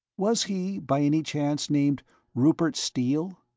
was he, by any chance, named rupert steele?